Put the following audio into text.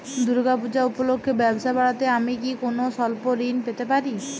দূর্গা পূজা উপলক্ষে ব্যবসা বাড়াতে আমি কি কোনো স্বল্প ঋণ পেতে পারি?